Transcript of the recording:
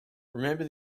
remember